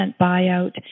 buyout